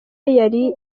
yari